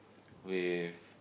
with